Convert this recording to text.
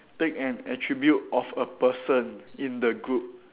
take an attribute of a person in the group